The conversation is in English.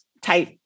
type